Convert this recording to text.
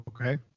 Okay